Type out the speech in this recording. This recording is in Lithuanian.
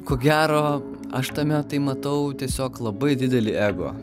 ko gero aš tame tai matau tiesiog labai didelį ego